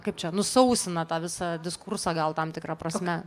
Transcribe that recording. kaip čia nusausina tą visą diskursą gal tam tikra prasme